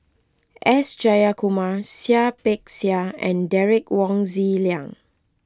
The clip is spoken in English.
S Jayakumar Seah Peck Seah and Derek Wong Zi Liang